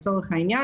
לצורך העניין,